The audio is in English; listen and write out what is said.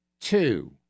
two